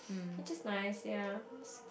it's just nice ya